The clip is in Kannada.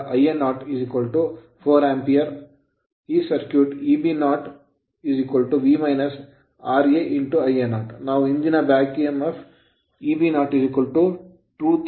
ಆದ್ದರಿಂದ ಈ circuit Eb0 V ra Ia0 ನಾವು ಹಿಂದಿನ ಎಮ್ಫ್ Eb0 230 0